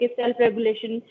self-regulation